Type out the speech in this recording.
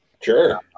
Sure